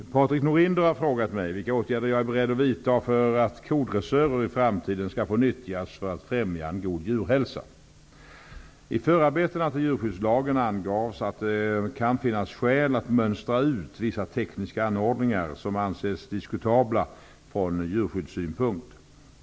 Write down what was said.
Fru talman! Patrik Norinder har frågat mig vilka åtgärder jag är beredd att vidta för att kodressörer i framtiden skall få nyttjas för att främja en god djurhälsa. I förarbetena till djurskyddslagen angavs att det kan finnas skäl att mönstra ut vissa tekniska anordningar som anses diskutabla från djurskyddssynpunkt.